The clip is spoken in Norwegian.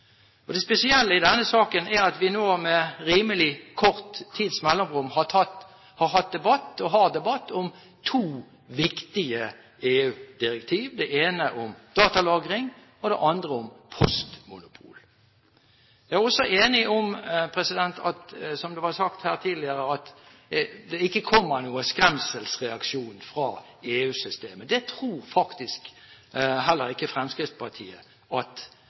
Det spesielle i denne saken er at vi nå med rimelig kort tids mellomrom har hatt debatt om to viktige EU-direktiv, det ene om datalagring og det andre om postmonopol. Jeg er også enig i det som ble sagt her tidligere, at det ikke kommer noen skremselsreaksjon fra EU-systemet. Det tror heller ikke Fremskrittspartiet at